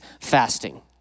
fasting